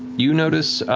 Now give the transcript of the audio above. you notice,